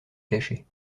cacher